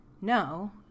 no